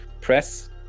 press